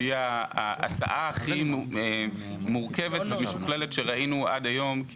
שהיא ההצעה הכי מורכבת ומשוכללת שראינו עד היום,